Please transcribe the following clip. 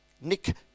Nick